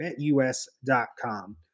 BetUS.com